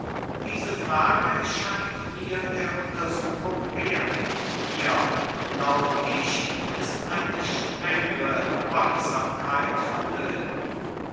diese frage scheint mir der untersuchung wert hier glaub ich ist eine strengre wachsamkeit vonnöten